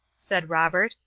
said robert,